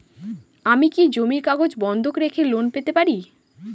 আমি কি জমির কাগজ বন্ধক রেখে লোন পেতে পারি?